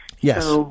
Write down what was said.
Yes